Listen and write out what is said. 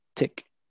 tick